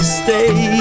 stay